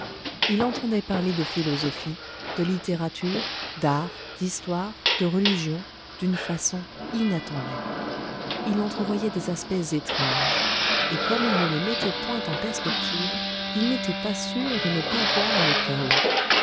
il entendait parler de philosophie de littérature d'art d'histoire de religion d'une façon inattendue il entrevoyait des aspects étranges et comme il ne les mettait point en perspective il n'était pas sûr de ne pas voir le chaos